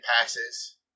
passes